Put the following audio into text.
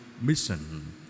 mission